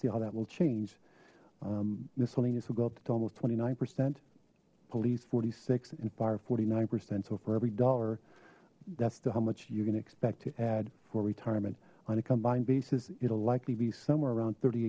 see how that will change miscellaneous will go up to almost twenty nine percent police forty six and fire forty nine percent so for every dollar that's how much you're gonna expect to add for retirement on a combined basis it'll likely be somewhere around thirty